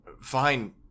Fine